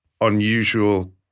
unusual